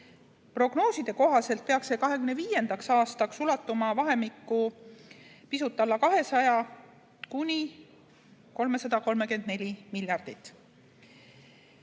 Prognooside kohaselt peaks see 2025. aastaks ulatuma vahemikku pisut alla 200 miljardi